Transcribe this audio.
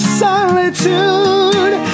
solitude